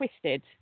twisted